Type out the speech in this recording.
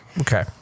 Okay